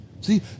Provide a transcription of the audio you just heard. See